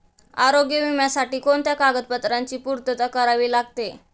आरोग्य विम्यासाठी कोणत्या कागदपत्रांची पूर्तता करावी लागते?